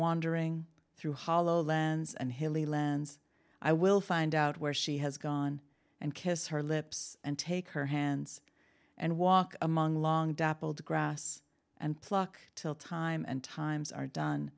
wandering through hollow lands and hilly lands i will find out where she has gone and kiss her lips and take her hands and walk among long dappled grass and pluck till time and times are done